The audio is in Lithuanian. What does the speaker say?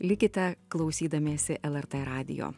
likite klausydamiesi lrt radijo